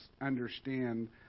understand